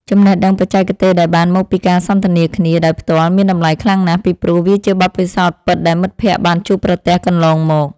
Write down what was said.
ចំណេះដឹងបច្ចេកទេសដែលបានមកពីការសន្ទនាគ្នាដោយផ្ទាល់មានតម្លៃខ្លាំងណាស់ ពីព្រោះ វាជាបទពិសោធន៍ពិតដែលមិត្តភក្តិបានជួបប្រទះកន្លងមក។